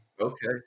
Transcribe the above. Okay